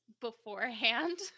beforehand